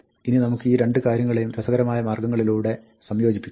ഇനി നമുക്ക് ഈ രണ്ട് കാര്യങ്ങളെയും രസകരമായി മാർഗ്ഗങ്ങളിലൂടെ സംയോജിപ്പിക്കാം